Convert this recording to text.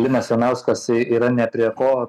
linas ivanauskas yra ne prie ko